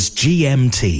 gmt